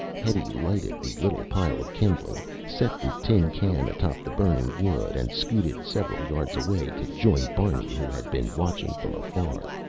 hetty lighted the little pile of kindling, set the tin can atop the burning wood and scooted several yards away to join barney who had been watching from afar.